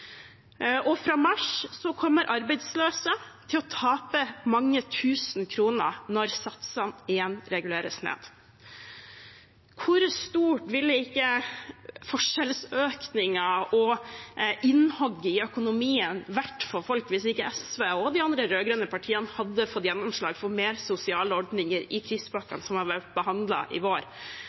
Fra mars kommer arbeidsløse til å tape mange tusen kroner når satsene igjen reguleres ned. Hvor stor ville ikke forskjellsøkningen og innhogget i økonomien vært for folk hvis ikke SV og de andre rød-grønne partiene hadde fått gjennomslag for mer sosiale ordninger i krisepakkene som er blitt behandlet i vår?